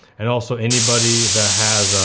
and also anybody that has,